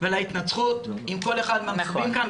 וההתנצחות עם כל אחד מהנוכחים כאן,